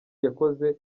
yakoze